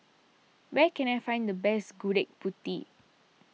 where can I find the best Gudeg Putih